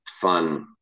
fun